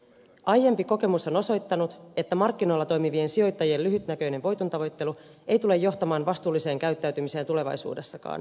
aiempi kokemus on osoittanut että markkinoilla toimivien sijoittajien lyhytnäköinen voitontavoittelu ei tule johtamaan vastuulliseen käyttäytymiseen tulevaisuudessakaan